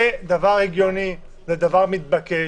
זה דבר הגיוני, זה דבר מתבקש.